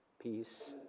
peace